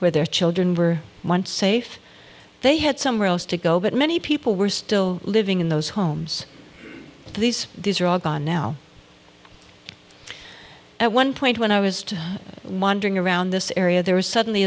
where their children were safe they had somewhere else to go but many people were still living in those homes these these are all gone now at one point when i was wandering around this area there was suddenly